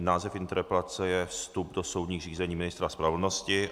Název interpelace je vstup do soudních řízení ministra spravedlnosti.